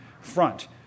front